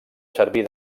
servir